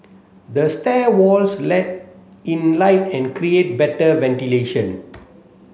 the stair walls let in light and create better ventilation